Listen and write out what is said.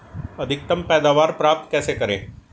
अधिकतम पैदावार प्राप्त कैसे करें?